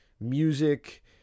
music